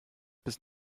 bis